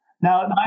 now